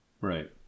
Right